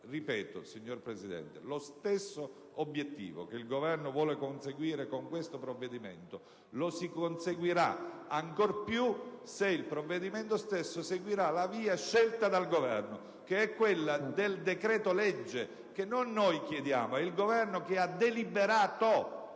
Ripeto, signor Presidente. Lo stesso obiettivo che il Governo vuole conseguire con questo provvedimento lo si conseguirà ancor più se il provvedimento stesso seguirà la via scelta dal Governo, che è quella del decreto-legge, che non siamo noi a chiedere,